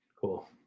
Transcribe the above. Cool